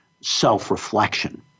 self-reflection